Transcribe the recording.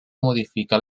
modificar